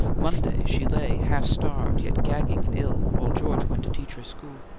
monday, she lay half starved, yet gagging and ill, while george went to teach her school.